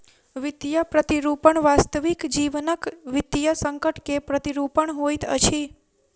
वित्तीय प्रतिरूपण वास्तविक जीवनक वित्तीय संकट के प्रतिरूपण होइत अछि